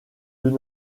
deux